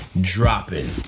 dropping